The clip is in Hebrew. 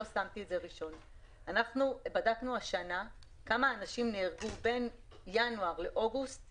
אנחנו בדקנו השנה כמה אנשים נהרגו בין ינואר לאוגוסט